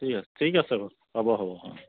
ঠিক আছে বাৰু হ'ব হ'ব অ'